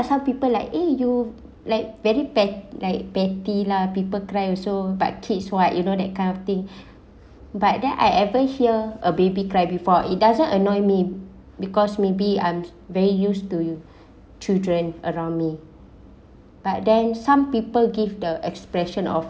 some people like eh you like very pet~ like petty lah people cry also like kids what you know that kind of thing but then I ever hear a baby cry before it doesn't annoy me because maybe I'm very used to you children around me but then some people give the expression of